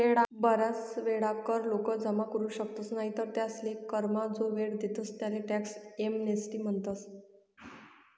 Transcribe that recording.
बराच वेळा कर लोक जमा करू शकतस नाही तर तेसले करमा जो वेळ देतस तेले टॅक्स एमनेस्टी म्हणतस